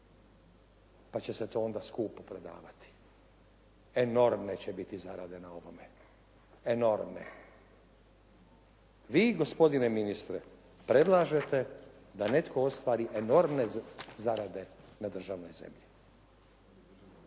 pa će se to onda skupo prodavati, enormne će biti zarade na ovome, enormne. Vi gospodine ministre predlažete da netko ostvari enormne zarade na državnoj zemlji